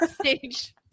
stage